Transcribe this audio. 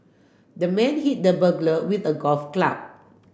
the man hit the burglar with a golf club